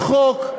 שלכם, שלכם".